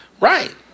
Right